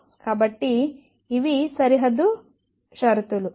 కాబట్టి ఇవి సరిహద్దు షరతులు